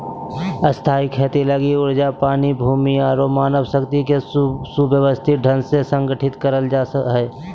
स्थायी खेती लगी ऊर्जा, पानी, भूमि आरो मानव शक्ति के सुव्यवस्थित ढंग से संगठित करल जा हय